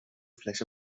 fläche